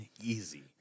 easy